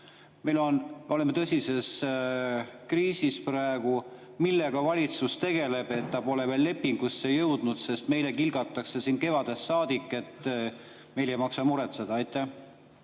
Me oleme tõsises kriisis praegu. Millega valitsus tegeleb, et ta pole veel lepingut [sõlmida] jõudnud? Sest meile kilgatakse kevadest saadik, et meil ei maksa muretseda. Aitäh!